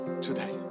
today